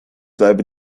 bleibe